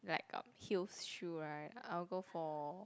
like got heels shoe right I'll go for